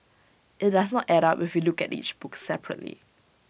IT does not add up if we look at each book separately